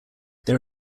there